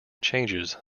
changes